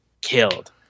killed